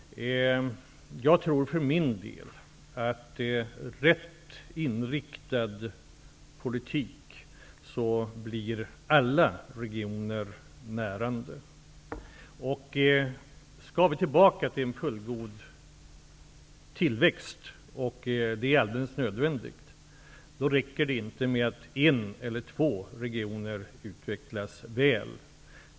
Jag tror för min del att alla regioner med rätt inriktad politik blir närande. Om vi åter skall få en fullgod tillväxt, vilket är alldeles nödvändigt, då räcker det inte att en eller två regioner utvecklas väl.